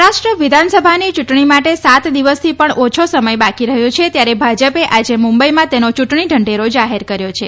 મહારાષ્ટ્ર વિધાનસભાની ચૂંટણી માટે સાત દિવસથી પણ ઓછો સમય બાકી રહ્યો છે ત્યારે ભાજપે આજે મુંબઇમાં તેનો યૂંટણી ઢંઢેરો જાહેર કર્યો છે